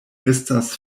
estas